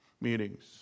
meetings